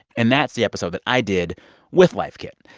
and that's the episode that i did with life kit.